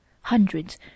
Hundreds